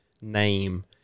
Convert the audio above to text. name